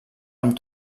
amb